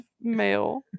male